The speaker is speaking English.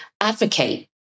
advocate